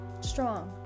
Strong